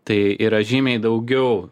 tai yra žymiai daugiau